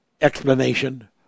explanation